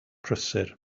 prysur